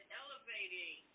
elevating